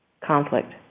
conflict